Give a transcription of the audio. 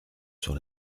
sur